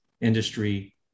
industry